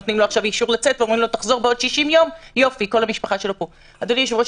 אדוני היושב-ראש,